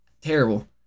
terrible